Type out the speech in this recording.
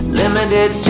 limited